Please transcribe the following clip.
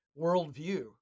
worldview